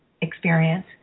experience